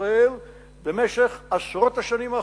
ישראל במשך עשרות השנים האחרונות,